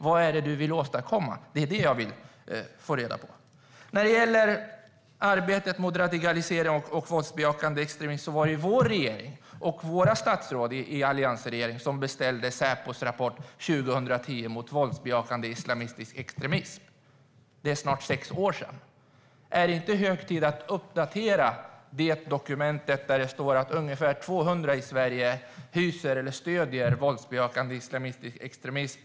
Vad är det du vill åstadkomma? Det är det jag vill få reda på. När det gäller arbetet mot radikalisering och våldsbejakande extremism var det vår alliansregering och våra statsråd som beställde Säpos rapport 2010 om våldsbejakande islamistisk extremism. Det är snart sex år sedan. Är det inte hög tid att uppdatera det dokumentet? Där står det att ungefär 200 i Sverige stöder våldsbejakande islamistisk extremism.